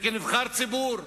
וכנבחר ציבור,